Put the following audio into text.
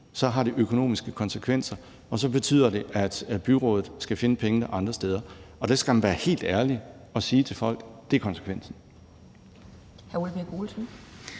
så har det økonomiske konsekvenser, og så betyder det, at byrådet skal finde pengene andre steder. Og der skal man være helt ærlig og sige til folk, at det er konsekvensen.